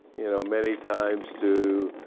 you know many times, to